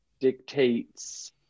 dictates